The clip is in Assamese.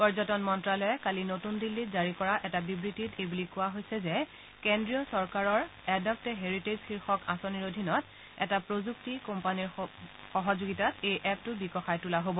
পৰ্যটন মন্ত্যালয়ে কালি নতুন দিল্লীত জাৰী কৰা এটা বিবৃতিত এই বুলি কোৱা হৈছে যে কেন্দ্ৰীয় চৰকাৰৰ এডপ্ট এ হেৰিটেজ শীৰ্ষক আঁচনিৰ অধীনত এটা প্ৰযুক্তি কোম্পানীৰ সহযোগিতাত এই এপটো বিকশায় তোলা হ'ব